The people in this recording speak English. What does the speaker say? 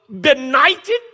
benighted